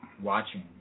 watching